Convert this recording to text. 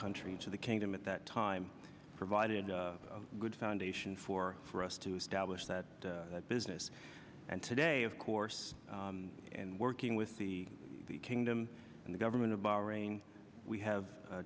country to the kingdom at that time provided a good foundation for for us to establish that business and today of course and working with the kingdom and the government of bahrain we have